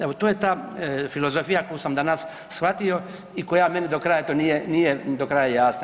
Evo, to je ta filozofija koju sam danas shvatio i koja meni do kraja eto, nije do kraja jasna.